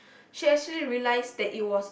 she actually realise that it was